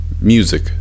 music